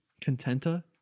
contenta